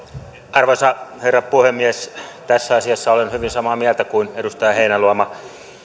arvoisa herra puhemies tässä asiassa olen hyvin samaa mieltä kuin edustaja heinäluoma